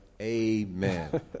Amen